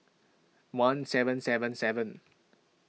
one seven seven seven